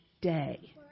day